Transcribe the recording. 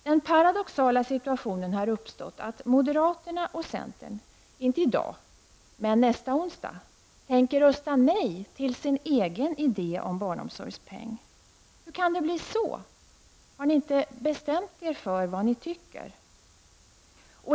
Den paradoxala situationen har uppstått att moderaterna och centern nästa onsdag tänker rösta nej till sin egen idé om barnomsorgspeng. Hur kan det bli så? Har ni inte bestämt er för vad ni tycker?